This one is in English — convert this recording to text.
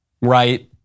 right